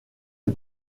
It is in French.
est